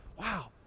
wow